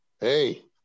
hey